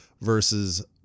versus